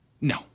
No